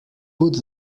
put